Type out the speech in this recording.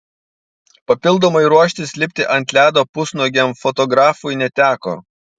papildomai ruoštis lipti ant ledo pusnuogiam fotografui neteko